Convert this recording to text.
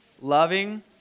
Loving